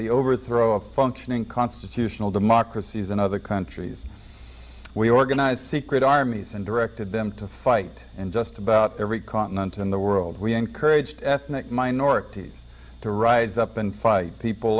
the overthrow of functioning constitutional democracies in other countries we organized secret armies and directed them to fight and just about every continent in the world we encouraged ethnic minorities to rise up and fight people